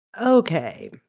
Okay